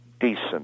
decent